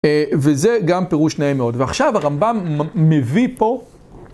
וזה גם פירוש נעים מאוד. ועכשיו הרמב'ם מביא פה...